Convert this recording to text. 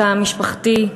בתא המשפחתי,